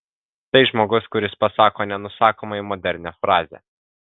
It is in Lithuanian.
tai žmogus kuris pasako nenusakomai modernią frazę